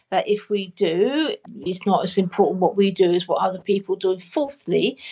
that if we do it's not as important what we do as what other people do and fourthly,